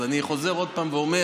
אז אני חוזר עוד פעם ואומר: